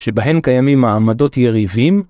‫שבהן קיימים מעמדות יריבים.